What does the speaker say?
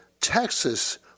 Texas